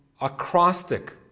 acrostic